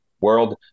world